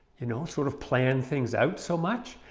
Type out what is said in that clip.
you know, sort of plan things out so much?